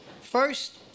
First